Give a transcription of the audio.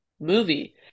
movie